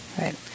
right